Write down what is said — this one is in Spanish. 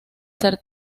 ser